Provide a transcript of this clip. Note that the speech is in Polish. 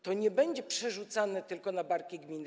To nie będzie przerzucane tylko na barki gminne.